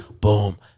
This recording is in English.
boom